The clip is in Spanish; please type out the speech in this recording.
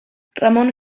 ramón